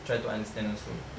try to understand also